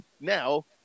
now